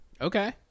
Okay